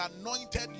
anointed